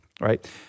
right